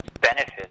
benefits